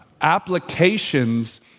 applications